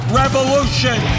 revolution